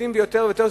יודעים יותר ויותר,